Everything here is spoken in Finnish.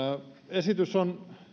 esitys on